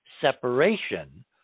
separation